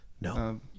No